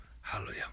Hallelujah